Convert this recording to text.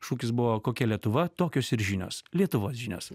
šūkis buvo kokia lietuva tokios ir žinios lietuvos žinios